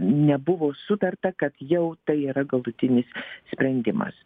nebuvo sutarta kad jau tai yra galutinis sprendimas